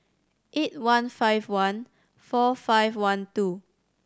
eight one five one four five one two